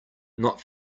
not